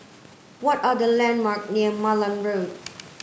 what are the landmark near Malan Road